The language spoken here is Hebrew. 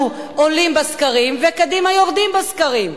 אנחנו עולים בסקרים וקדימה יורדים בסקרים.